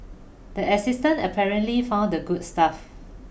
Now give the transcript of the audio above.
the assistant apparently found the good stuff